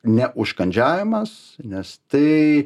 ne užkandžiavimas nes tai